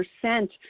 percent